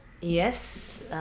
Yes